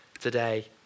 today